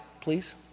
please